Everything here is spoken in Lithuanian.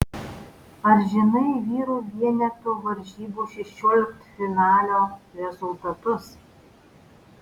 ar žinai vyrų vienetų varžybų šešioliktfinalio rezultatus